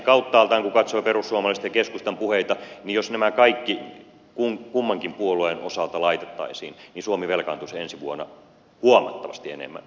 kauttaaltaan kun katsoo perussuomalaisten ja keskustan puheita niin jos nämä kaikki kummankin puolueen osalta laitettaisiin niin suomi velkaantuisi ensi vuonna huomattavasti enemmän kuin mitä se nykyisillä päätöksillä tekee